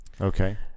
Okay